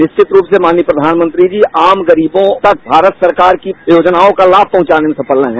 निश्चित रूप से माननीय प्रघानमंत्री जी आम गरीबों तक भारत सरकार की योजनाओं का लाभ पहचाने में सफल रहे है